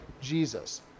Jesus